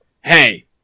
hey